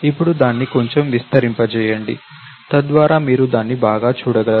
ఇప్పుడు దాన్ని కొంచెం విస్తరింపజేయండి తద్వారా మీరు దీన్ని బాగా చూడగలరు